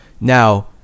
Now